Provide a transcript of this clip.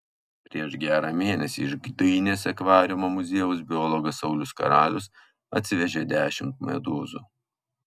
prieš gerą mėnesį iš gdynės akvariumo muziejaus biologas saulius karalius atsivežė dešimt medūzų